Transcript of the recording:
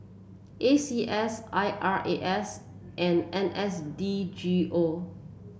A C S I R A S and N S D G O